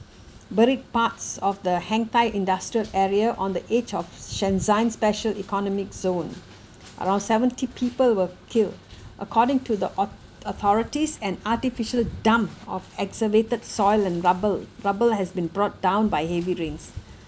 buried parts of the hengtai industrial area on the edge of shenzhen's special economic zone around seventy people were killed according to the au~ authorities an artificial dump of excavated soil and rubber rubber has been brought down by heavy rains